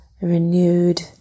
renewed